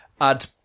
add